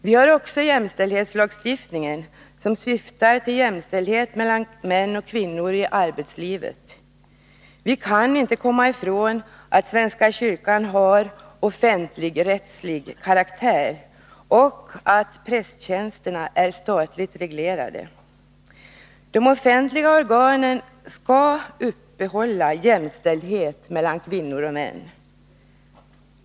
Vi har även jämställdhetslagstiftningen, som syftar till jämställdhet mellan män och kvinnor i arbetslivet. Vi kan inte komma ifrån att svenska kyrkan har offentlig-rättslig karaktär och att prästtjänsterna är statligt reglerade. De offentliga organen skall uppehålla jämställdhet mellan kvinnor och män.